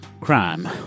Crime